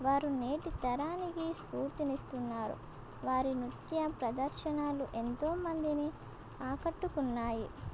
వారు నేటి తరానికి స్ఫూర్తినిస్తున్నారు వారి నృత్య ప్రదర్శనలు ఎంతోమందిని ఆకట్టుకున్నాయి